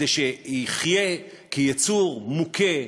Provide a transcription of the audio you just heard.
שיחיה כיצור מוכה,